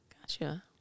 Gotcha